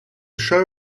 show